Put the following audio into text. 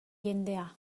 jendea